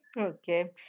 Okay